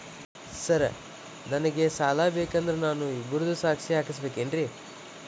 Sir ನನಗೆ ಸಾಲ ಬೇಕಂದ್ರೆ ನಾನು ಇಬ್ಬರದು ಸಾಕ್ಷಿ ಹಾಕಸಬೇಕೇನ್ರಿ?